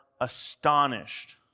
astonished